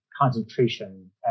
concentration